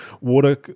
water